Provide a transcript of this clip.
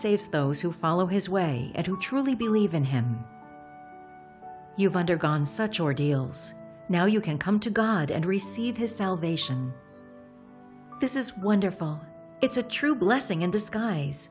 saves those who follow his way and who truly believe in him you've undergone such ordeals now you can come to god and receive his salvation this is wonderful it's a true blessing in disguise